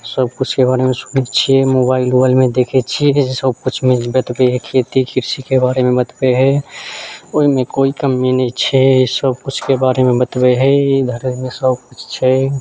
सब किछुके बारेमे सुनै छियै मोबाइल उबाइलमे देखै छियै सबकिछु बतबै छै खेती कृषिके बारेमे बतबै हय ओइमे कोइ कमी नहि छै सब किछुके बारेमे बतबै हय इधर सब किछु छै